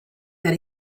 that